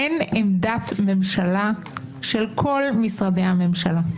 אין עמדת ממשלה של כל משרדי הממשלה.